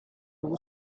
two